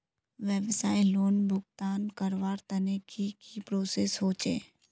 व्यवसाय लोन भुगतान करवार तने की की प्रोसेस होचे?